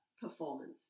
performance